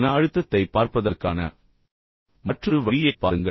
மன அழுத்தத்தைப் பார்ப்பதற்கான மற்றொரு வழியைப் பாருங்கள்